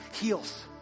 heals